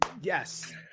Yes